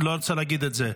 לא רוצה להגיד את זה.